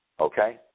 Okay